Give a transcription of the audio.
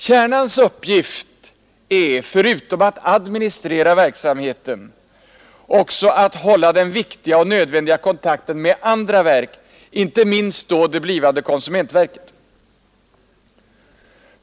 Kärnans uppgift är — förutom att administrera verksamheten — att hålla den viktiga och nödvändiga kontakten med andra verk, inte minst då med det blivande konsumentverket.